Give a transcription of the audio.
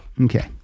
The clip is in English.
okay